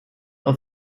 aus